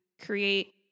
create